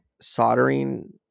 soldering